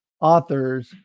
authors